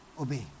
obey